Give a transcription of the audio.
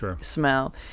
smell